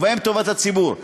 ובהם טובת הציבור.